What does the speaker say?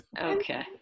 Okay